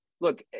Look